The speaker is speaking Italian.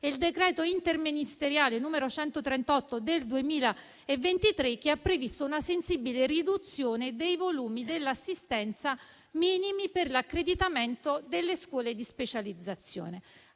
e il decreto interministeriale n. 138 del 2023, che ha previsto una sensibile riduzione dei volumi dell'assistenza minimi per l'accreditamento delle scuole di specializzazione.